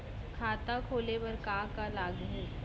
खाता खोले बार का का लागही?